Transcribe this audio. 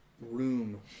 room